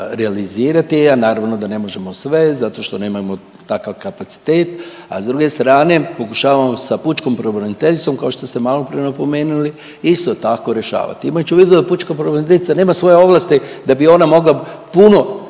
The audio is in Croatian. realizirati, a naravno da ne možemo sve zato što nemamo takav kapacitet, a s druge strane pokušavamo sa pučkom pravobraniteljicom kao što ste maloprije napomenuli isto tako rješavati. Imajući u vidu da pučka pravobraniteljica nema svoje ovlasti da bi ona mogla puno